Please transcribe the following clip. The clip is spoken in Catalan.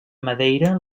madeira